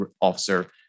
officer